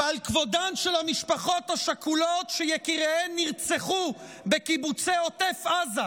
ועל כבודן של המשפחות השכולות שיקיריהן נרצחו בקיבוצי עוטף עזה,